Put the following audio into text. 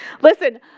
Listen